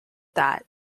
that